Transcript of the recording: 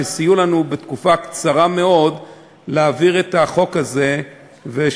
שסייעו לנו להעביר את החוק הזה בתקופה קצרה מאוד,